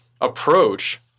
approach